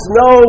no